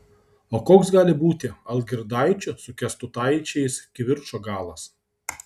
o koks gali būti algirdaičių su kęstutaičiais kivirčo galas